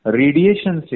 radiation